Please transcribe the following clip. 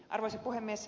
arvoisa puhemies